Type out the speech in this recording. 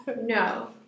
No